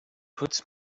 puts